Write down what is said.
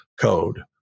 Code